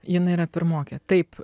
jinai yra pirmokė taip